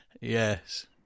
Yes